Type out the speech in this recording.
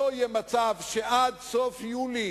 לא יהיה מצב שעד סוף יולי